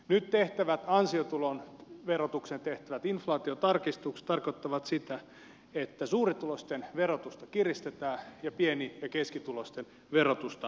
nyt ansiotuloverotukseen tehtävät inflaatiotarkistukset tarkoittavat sitä että suurituloisten verotusta kiristetään ja pieni ja keskituloisten verotusta kevennetään